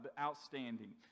outstanding